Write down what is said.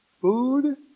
Food